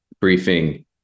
briefing